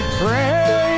pray